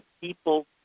people